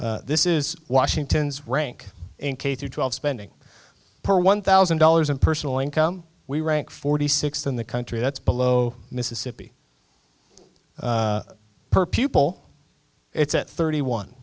this is washington's rank in k through twelve spending per one thousand dollars in personal income we rank forty sixth in the country that's below mississippi per pupil it's at thirty